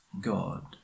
God